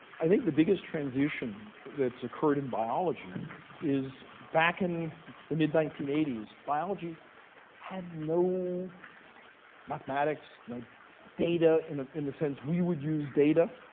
i think the biggest transition that's occurred in biology is, back in the mid nineteen eighty s, biology had no mathematics, no data, in ah in the sense we would use data.